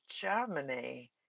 Germany